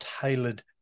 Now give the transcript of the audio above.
tailored